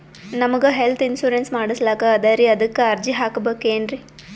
ನಮಗ health insurance ಮಾಡಸ್ಲಾಕ ಅದರಿ ಅದಕ್ಕ ಅರ್ಜಿ ಹಾಕಬಕೇನ್ರಿ?